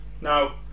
now